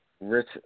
rich